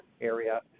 area